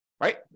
right